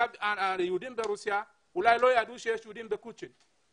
היהודים ברוסיה אולי לא ידעו שיש יהודים בקוצ'ין,